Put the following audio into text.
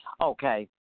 Okay